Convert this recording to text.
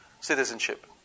citizenship